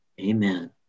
Amen